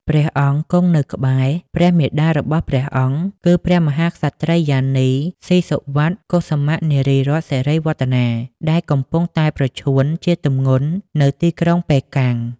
ព្រះអង្គគង់នៅក្បែរព្រះមាតារបស់ព្រះអង្គ គឺ ព្រះមហាក្សត្រិយានី ស៊ីសុវត្ថិ កុសុមៈ នារីរតន៍ សិរីវឌ្ឍនា ដែលកំពុងតែប្រឈួនជាទម្ងន់នៅទីក្រុងប៉េកាំង។